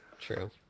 True